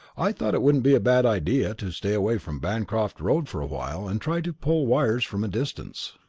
i thought it wouldn't be a bad idea to stay away from bancroft road for a while and try to pull wires from a distance